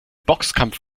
boxkampf